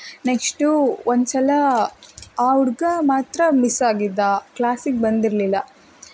next ಒಂದ್ಸಲ ಆ ಹುಡುಗ ಮಾತ್ರ ಮಿಸ್ಸಾಗಿದ್ದ ಕ್ಲಾಸಿಗೆ ಬಂದಿರಲಿಲ್ಲ